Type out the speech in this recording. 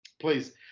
Please